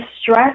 stress